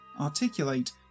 articulate